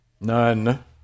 None